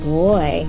boy